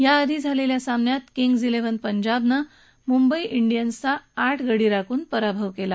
याआधी झालेल्या सामन्यात किंग्ज इलेव्हन पंजाबनं मुंबई इंडियन्सचा आठ गडी राखून पराभव केला